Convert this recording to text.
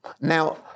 Now